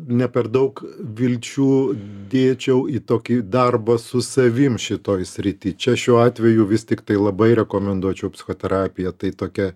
ne per daug vilčių dėčiau į tokį darbą su savim šitoj srity čia šiuo atveju vis tiktai labai rekomenduočiau psichoterapiją tai tokia